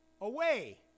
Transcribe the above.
away